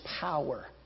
power